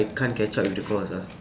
I can't catch up with the course ah